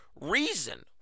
reason